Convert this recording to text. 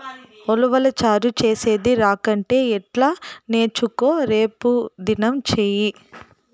ఉలవచారు చేసేది రాకంటే ఎట్టా నేర్చుకో రేపుదినం సెయ్యి